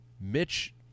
mitch